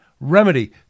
remedy